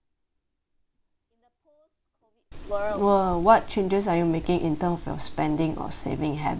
!wah! what changes are you making in term of your spending or saving habits